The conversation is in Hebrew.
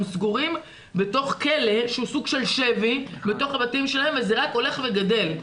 הם סגורים בתוך כלא שהוא סוג של שבי בתוך הבתים שלהם וזה רק הולך וגדל.